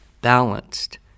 balanced